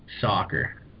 Soccer